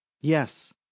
yes